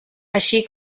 així